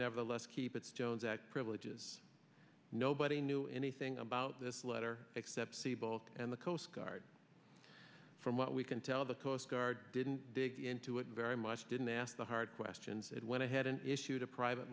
never lets keep its jones act privileges nobody knew anything about this letter except siebold and the coast guard from what we can tell the coast guard didn't dig into it very much didn't ask the hard questions and went ahead and issued a private